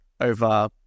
over